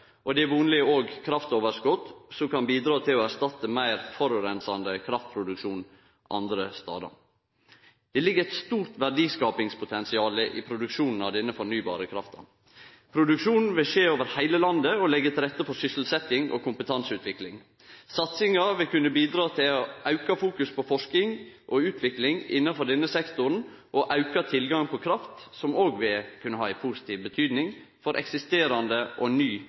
og det er vonleg òg kraftoverskot som kan bidra til å erstatte meir forureinande kraftproduksjon andre stader. Det ligg eit stort verdiskapingspotensial i produksjonen av denne fornybare krafta. Produksjonen vil skje over heile landet og leggje til rette for sysselsetjing og kompetanseutvikling. Satsinga vil kunne bidra til auka fokus på forsking og utvikling innanfor denne sektoren og auka tilgang på kraft som òg vil kunne ha ei positiv betydning for eksisterande og ny